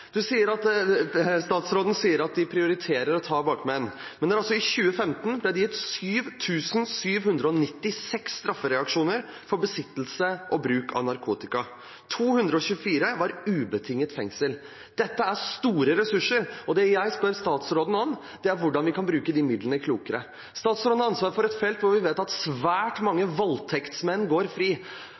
Statsråden sier at de prioriterer å ta bakmenn, men i 2015 ble det gitt 7 796 straffereaksjoner for besittelse og bruk av narkotika. 224 var ubetinget fengsel. Dette krever store ressurser, og det jeg spør statsråden om, er hvordan vi kan bruke de midlene klokere. Statsråden har ansvar for et felt hvor vi vet at svært mange voldtektsmenn går fri. Statsråden har ansvar for et felt hvor vi vet at bakmenn, langere og narkotikasmuglere går fri,